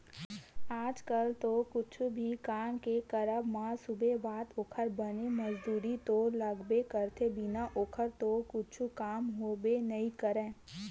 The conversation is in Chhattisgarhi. आज कल तो कुछु भी काम के करब म सुबेवत ओखर बनी मजदूरी तो लगबे करथे बिना ओखर तो कुछु काम होबे नइ करय